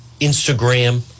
Instagram